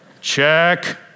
Check